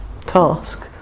task